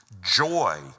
Joy